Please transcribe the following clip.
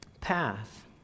path